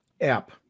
app